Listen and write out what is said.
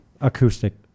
acoustic